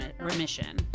remission